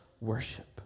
worship